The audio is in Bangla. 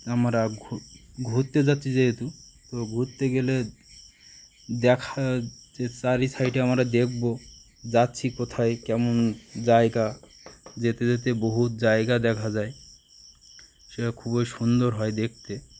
আমরা ঘ ঘুরতে যাচ্ছি যেহেতু তো ঘুরতে গেলে দেখা যে চারি সাইডে আমরা দেখবো যাচ্ছি কোথায় কেমন জায়গা যেতে যেতে বহুত জায়গা দেখা যায় সেটা খুবই সুন্দর হয় দেখতে